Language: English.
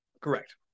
Correct